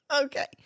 Okay